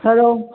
hello